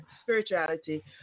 spirituality